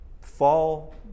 fall